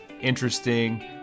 interesting